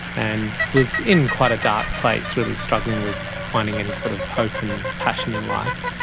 and was in quite a dark place, really struggling with finding any sort of hope and passion in life.